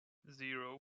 zero